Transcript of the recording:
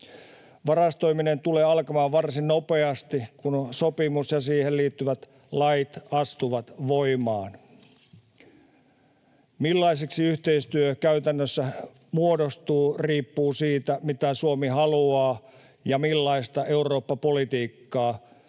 Varastoiminen tulee alkamaan varsin nopeasti, kun sopimus ja siihen liittyvät lait astuvat voimaan. Se, millaiseksi yhteistyö käytännössä muodostuu, riippuu siitä, mitä Suomi haluaa ja millaista Eurooppa-politiikkaa